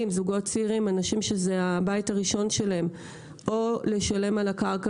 זוגות צעירים ואנשים שזה הבית הראשון שלהם לשלם על הקרקע